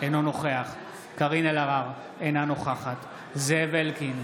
אינו נוכח קארין אלהרר, אינה נוכחת זאב אלקין,